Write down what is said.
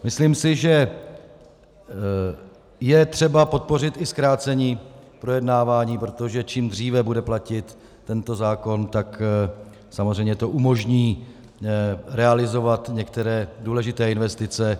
Myslím si, že je třeba podpořit i zkrácení projednávání, protože čím dříve bude tento zákon platit, tak samozřejmě to umožní realizovat některé důležité investice.